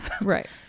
Right